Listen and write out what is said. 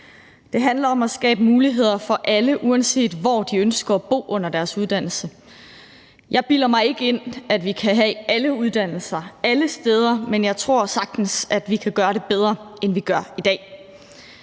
Det handler om at skabe muligheder for alle, uanset hvor de ønsker at bo under deres uddannelse. Jeg bilder mig ikke ind, at vi kan have alle uddannelser alle steder, men jeg tror sagtens at vi kan gøre det bedre, end vi gør det i dag.